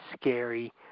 scary